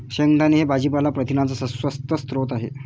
शेंगदाणे हे भाजीपाला प्रथिनांचा स्वस्त स्रोत आहे